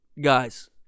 guys